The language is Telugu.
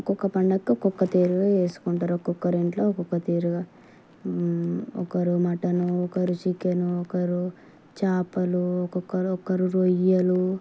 ఒక్కొక్క పండగకి ఒక్కొక్క తీరుగా చేసుకుంటారు ఒక్కొక్కరి ఇంట్లో ఒక్కొక్క తీరుగా ఒకరు మటన్ ఒకరు చికెన్ ఒకరు చేపలు ఒక్కొక్కరు ఒక్కరు రొయ్యలు